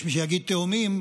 יש מי שיגיד תהומיים,